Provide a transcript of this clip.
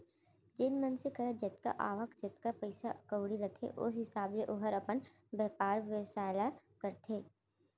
जेन मनसे करा जतका आवक, जतका पइसा कउड़ी रथे ओ हिसाब ले ओहर अपन बयपार बेवसाय ल करथे